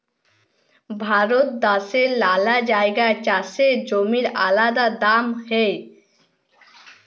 ভারত দ্যাশের লালা জাগায় চাষের জমির আলাদা দাম হ্যয়